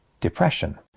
depression